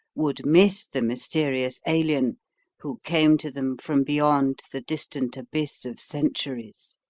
would miss the mysterious alien who came to them from beyond the distant abyss of centuries.